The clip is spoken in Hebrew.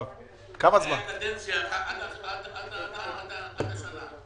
עד השנה.